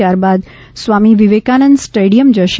ત્યારબાદ સ્વામી વિવેકાનંદ સ્ટેડીયમ જશે